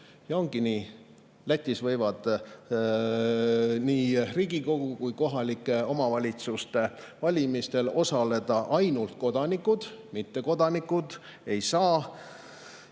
Ja ongi nii. Lätis võivad nii Riigikogu kui ka kohalike omavalitsuste valimistel osaleda ainult kodanikud, mittekodanikud ei saa.